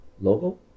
logo